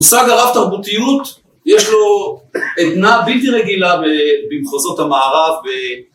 מושג הרב תרבותיות יש לו עדנה בלתי רגילה במחוזות המערב